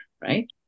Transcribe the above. right